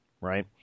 right